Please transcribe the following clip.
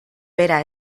bera